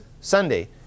Sunday